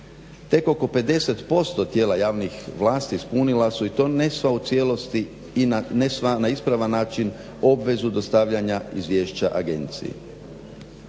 Tek oko 50% tijela javnih vlasti ispunila su i ne sva u cijelosti i na neispravan način obvezu dostavljanja izvješća agenciji.